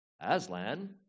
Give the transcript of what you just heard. Aslan